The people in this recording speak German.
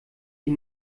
die